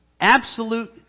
absolute